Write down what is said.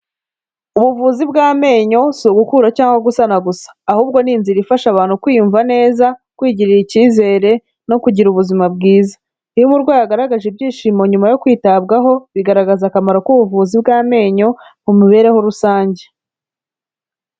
Ubuvuzi bw'amenyo si ugukura cyangwa gusana gusa ahubwo ni inzira ifasha abantu kwiyumva neza, kwigirira ikizere no kugira ubuzima bwiza, iyo umurwayi agaragaje ibyishimo nyuma yo kwitabwaho, bigaragaza akamaro k'ubuvuzi bw'amenyo mu mibereho rusange.